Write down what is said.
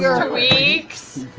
yeah weeks?